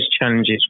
challenges